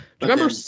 Remember